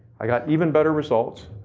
i got even better results.